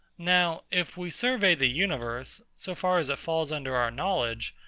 now, if we survey the universe, so far as it falls under our knowledge,